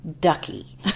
ducky